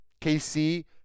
KC